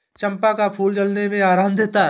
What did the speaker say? चंपा का फूल जलन में आराम देता है